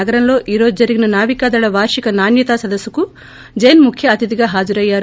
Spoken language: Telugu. నగరంలో ఈ రోజు జరిగిన నావికాదళ వార్షిక నాణ్యతా సదస్సుకు జైన్ ముఖ్య అతిథిగా హాజరయ్యారు